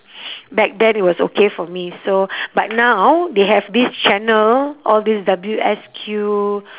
back then it was okay for me so but now they have this channel all these W_S_Q